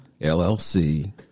LLC